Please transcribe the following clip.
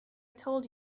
told